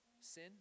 sin